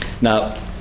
Now